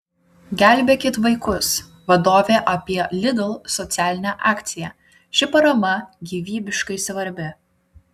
gelbėkit vaikus vadovė apie lidl socialinę akciją ši parama gyvybiškai svarbi